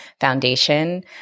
foundation